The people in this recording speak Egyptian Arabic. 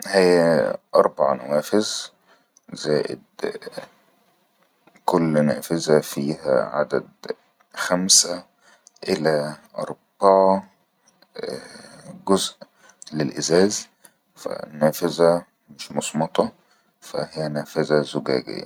هاااءء اربع نوافز زائد كل نافز فيها خمسه الي اربعه ههء جزء ازاز فا النافزة مش مسمطه فهي نافزة زجاجيه